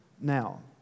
now